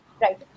right